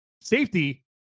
safety